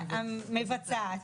המבצעת.